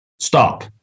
stop